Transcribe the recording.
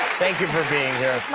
thank you for being here.